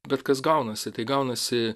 bet kas gaunasi tai gaunasi